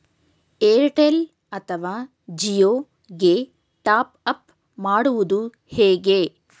Airtel ಅಥವಾ ಜಿಯೊ ಗೆ top up ಮಾಡುವುದು ಹೇಗೆ?